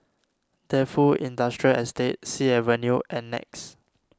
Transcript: Defu Industrial Estate Sea Avenue and Nex